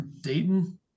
Dayton